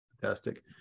Fantastic